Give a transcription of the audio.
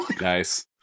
Nice